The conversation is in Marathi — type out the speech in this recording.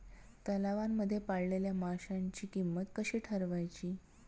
तलावांमध्ये पाळलेल्या माशांची किंमत कशी ठरवायची?